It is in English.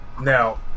Now